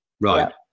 Right